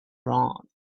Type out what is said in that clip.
wrong